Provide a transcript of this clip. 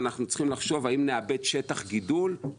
אנחנו צריכים לחשוב: "האם נאבד שטח גידול?";